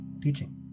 teaching